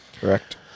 Correct